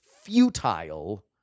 futile